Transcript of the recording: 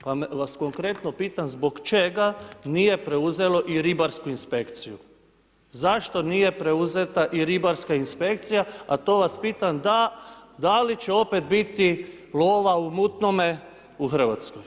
Pa vas konkretno pitam zbog čega nije preuzelo i ribarsku inspekciju, zašto nije preuzeta i ribarska inspekcija, a to vas pitam da, da li će opet biti lova u mutnome u RH.